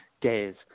days